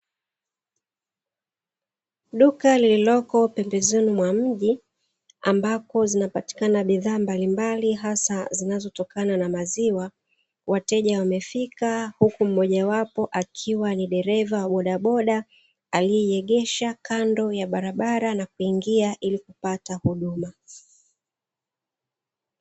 Duka lililoko pembezoni mwa mji ambapo zinapatikana bidhaa mbalimbali hasa zinazotokana na maziwa, wateja wamefika huku mmoja wapo akiwa ni dereva wa bodaboda aliyeegesha kando ya barabara, na kuingia ili kupata huduma.